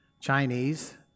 Chinese